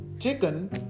chicken